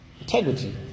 Integrity